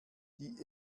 die